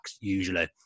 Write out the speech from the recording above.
usually